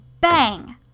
Bang